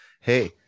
hey